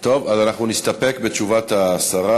טוב, אז אנחנו נסתפק בתשובת השרה.